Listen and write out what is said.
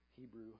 Hebrew